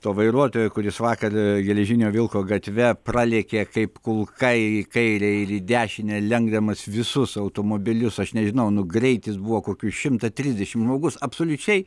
to vairuotojo kuris vakar geležinio vilko gatve pralėkė kaip kulka į kairę ir į dešinę lenkdamas visus automobilius aš nežinau nu greitis buvo kokių šimto trisdešimt žmogus absoliučiai